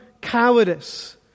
cowardice